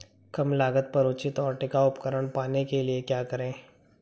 कम लागत पर उचित और टिकाऊ उपकरण पाने के लिए क्या करें?